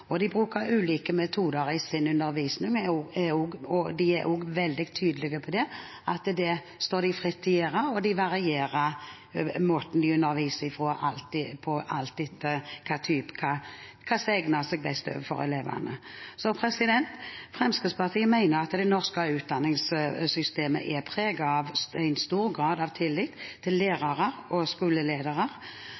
klasserommet, de bruker ulike metoder i sin undervisning – de er veldig tydelige på at det står de fritt til å gjøre – og de varierer måten de underviser på, alt etter hva som egner seg best for elevene. Fremskrittspartiet mener det norske utdanningssystemet er preget av stor grad av tillit til lærere og skoleledere. Nasjonale utdanningsmyndigheter fastsetter gjennom læreplanen mål for hva elevene skal lære,